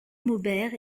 maubert